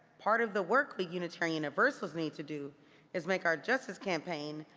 part of the work we unitarian universalists need to do is make our justice campaign,